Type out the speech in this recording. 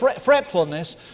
fretfulness